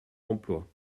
emploi